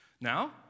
Now